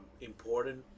important